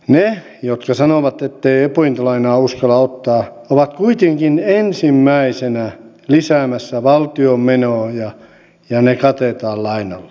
ne jotka sanovat ettei opintolainaa uskalla ottaa ovat kuitenkin ensimmäisenä lisäämässä valtion menoja ja ne katetaan lainalla